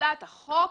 מתחולת החוק